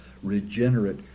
regenerate